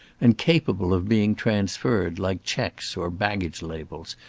and capable of being transferred like checks, or baggage-labels,